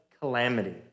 calamity